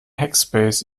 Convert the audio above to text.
hackspace